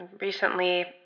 Recently